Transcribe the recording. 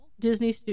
disney